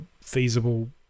feasible